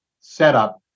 setup